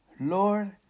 Lord